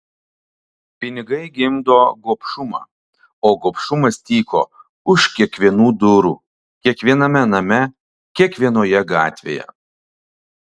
pinigai gimdo gobšumą o gobšumas tyko už kiekvienų durų kiekviename name kiekvienoje gatvėje